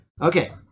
Okay